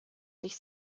sich